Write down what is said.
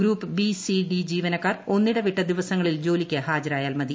group B C D ജീവനക്കാർ ഒന്നിടവിട്ട ദിവസങ്ങളിൽ ജോലിക്ക് ഹാജരായാൽ മതി